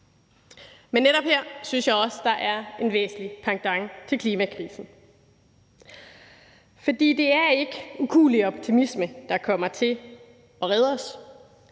Men netop her synes jeg også, der er en væsentlig pendant til klimakrisen, for det er ikke ukuelig optimisme, der kommer til at redde os,